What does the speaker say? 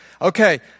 Okay